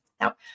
Now